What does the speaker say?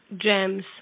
jams